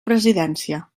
presidència